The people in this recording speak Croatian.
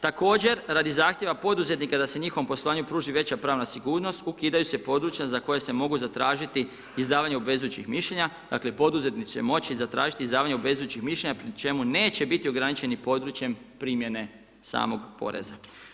Također, radi zahtijeva poduzetnika da se njihovom poslovanju pruži veća pravna sigurnost, ukidaju se područja za koja se mogu zatražiti izdavanje obvezujućih mišljenja, dakle, poduzetnik će moći zatražiti izdavanje obvezujućih mišljenja pri čemu neće biti ograničeni područjem primjene samog poreza.